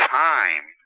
time